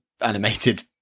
animated